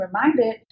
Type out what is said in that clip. reminded